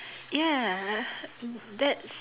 ya that's